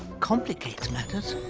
complicates matters.